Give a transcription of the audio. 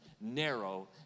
Narrow